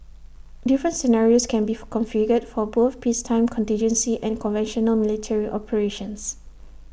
different scenarios can be configured for both peacetime contingency and conventional military operations